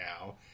now